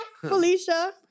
Felicia